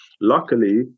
Luckily